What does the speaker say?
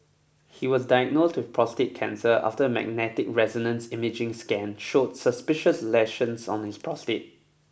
he was diagnosed with prostate cancer after a magnetic resonance imaging scan showed suspicious lesions on his prostate